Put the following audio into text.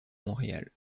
montréal